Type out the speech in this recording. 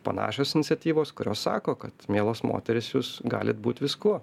panašios iniciatyvos kurios sako kad mielos moterys jūs galit būti viskuo